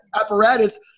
apparatus